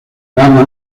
lana